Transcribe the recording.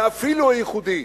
ואפילו הייחודי.